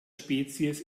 spezies